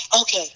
Okay